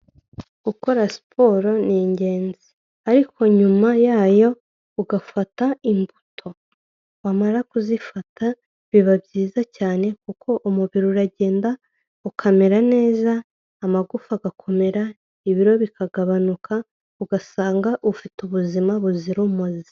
Gukora siporo ni ingenzi, ariko nyuma yayo ugafata imbuto wamara kuzifata biba byiza cyane kuko umubiri uragenda ukamera neza amagufa agakomera ibiro bikagabanuka ugasanga ufite ubuzima buzira umuze.